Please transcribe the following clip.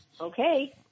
okay